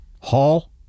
Hall